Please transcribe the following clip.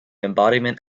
embodiment